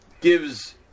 gives